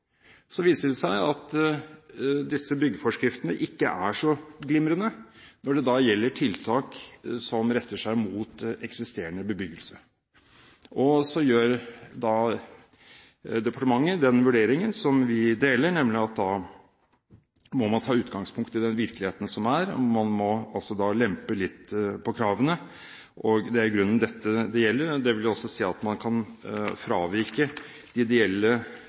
Så viser det seg at disse byggeforskriftene ikke er så glimrende når det gjelder tiltak som retter seg mot eksisterende bebyggelse, og så gjør departementet den vurderingen, som vi deler, at man må ta utgangspunkt i den virkeligheten som er, og man må altså lempe litt på kravene – og det er i grunnen dette det gjelder – og det vil altså si at man kan fravike de ideelle